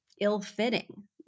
ill-fitting